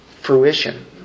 fruition